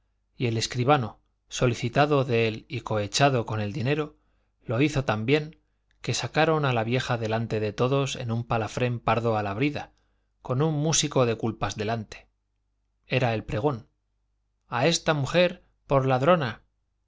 y el escribano solicitado de él y cohechado con el dinero lo hizo tan bien que sacaron a la vieja delante de todos en un palafrén pardo a la brida con un músico de culpas delante era el pregón a esta mujer por ladrona